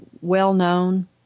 well-known